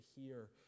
hear